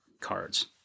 cards